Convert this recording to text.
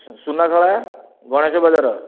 Sunakhala Ganesh Bazar